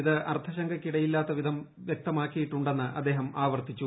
ഇത് അർത്ഥശങ്കയ്ക്കിടയില്ലാത്തവിധം വ്യക്തമാക്കിയിട്ടുണ്ടെന്ന് അദ്ദേഹം ആവർത്തിച്ചു